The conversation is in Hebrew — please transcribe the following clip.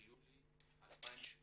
ביולי 2018